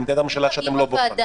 עמדת הממשלה שאתם לא בוחנים.